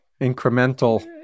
incremental